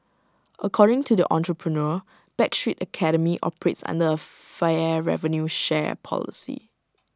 according to the entrepreneur backstreet academy operates under A fair revenue share policy